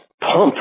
pump